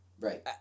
Right